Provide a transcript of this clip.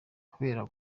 kubera